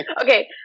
Okay